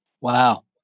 Wow